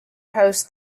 host